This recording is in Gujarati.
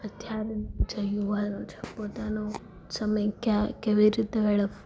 અત્યારે જે યુવાનો છે પોતાનો સમય ક્યાં કેવી રીતે વેડફવો